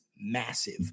massive